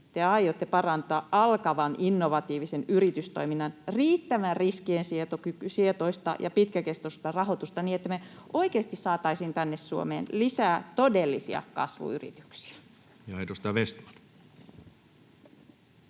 te aiotte parantaa alkavan innovatiivisen yritystoiminnan riittävää riskiensietoista ja pitkäkestoista rahoitusta niin, että me oikeasti saataisiin tänne Suomeen lisää todellisia kasvuyrityksiä? Ja edustaja Vestman.